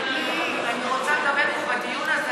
אני רוצה לדבר פה בדיון הזה,